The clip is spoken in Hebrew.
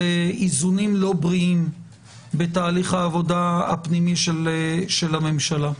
איזונים לא בריאים בתהליך העבודה הפנימי של הממשלה.